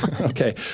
okay